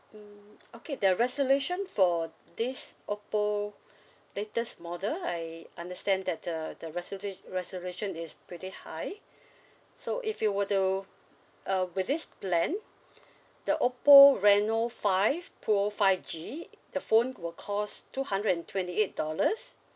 mm okay the resolution for this oppo latest model I understand that uh the resolu~ resolution is pretty high so if you were to uh with this plan the oppo reno five pro five G the phone will cost two hundred and twenty eight dollars